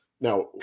Now